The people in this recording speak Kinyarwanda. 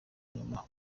nyuma